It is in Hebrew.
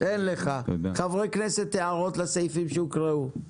חברי הכנסת, הערות לסעיפים שהוקראו?